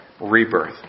Rebirth